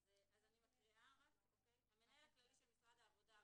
אז אני מקריאה: "המנהל הכללי של משרד העבודה,